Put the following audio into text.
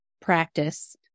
practice